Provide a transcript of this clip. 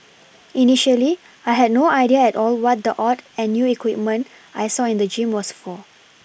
initially I had no idea at all what the odd and new equipment I saw in the gym was for